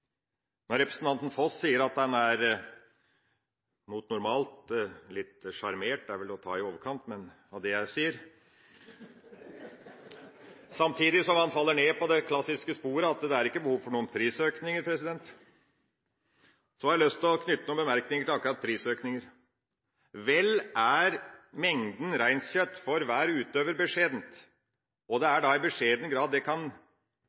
Når representanten Foss sier at han mot normalt er litt sjarmert – det er vel å ta i litt i overkant – av det jeg sier, samtidig som han faller ned på det klassiske sporet at det ikke er behov for noen prisøkninger, har jeg lyst til å knytte noen bemerkninger til akkurat det. Vel er mengden reinkjøtt for hver utøver beskjeden, og det er i beskjeden grad en kan